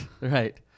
right